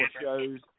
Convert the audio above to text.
shows